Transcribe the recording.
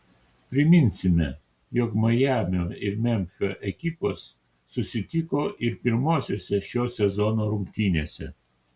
priminsime jog majamio ir memfio ekipos susitiko ir pirmosiose šio sezono rungtynėse